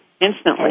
Instantly